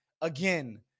again